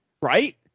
right